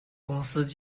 公司